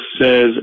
says